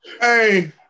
Hey